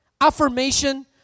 Affirmation